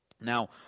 Now